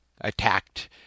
attacked